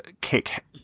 kick